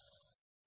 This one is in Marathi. हे आपण नंतर पाहू